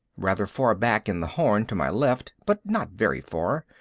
rather far back in the horn to my left, but not very far,